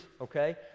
okay